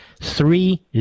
three